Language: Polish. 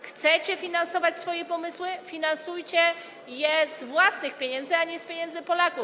Chcecie finansować swoje pomysły, finansujcie je z własnych pieniędzy, a nie z pieniędzy Polaków.